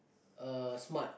a smart